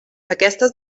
aquestes